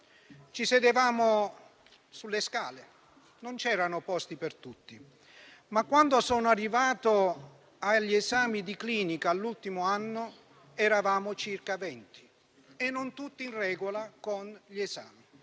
ci sedevamo sulle scale, perché non c'erano posti per tutti. Ma quando sono arrivato agli esami di clinica dell'ultimo anno, eravamo circa venti e non tutti in regola con gli esami